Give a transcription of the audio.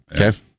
Okay